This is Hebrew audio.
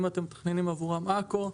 האם אתם מתכננים עבורם עכו,